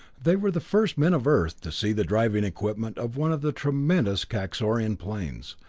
they were the first men of earth to see the driving equipment of one of the tremendous kaxorian planes,